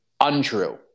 untrue